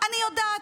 אני יודעת,